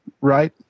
right